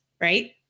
right